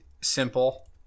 simple